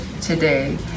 today